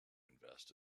invest